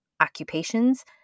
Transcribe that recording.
occupations